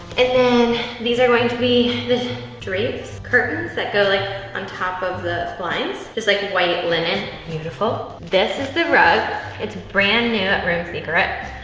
and, then these are going to be the drapes, curtains that go, like on top of the blinds, just like white linen, beautiful. this is the rug, it's brand new at room secret.